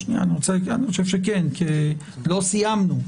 אני חושב שכן כי לא סיימנו.